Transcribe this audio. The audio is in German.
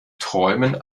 träumen